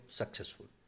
successful